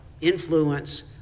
influence